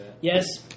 Yes